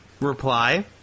reply